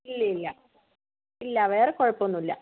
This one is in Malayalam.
ഇല്ല ഇല്ല ഇല്ല വേറെ കുഴപ്പമൊന്നും ഇല്ല